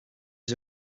was